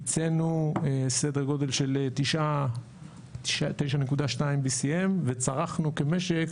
ייצאנו סדר גודל של BCM9.2 וצרכנו כמשק